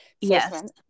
Yes